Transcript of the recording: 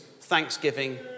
thanksgiving